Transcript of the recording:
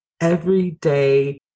everyday